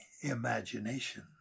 imagination